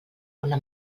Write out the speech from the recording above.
una